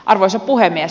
arvoisa puhemies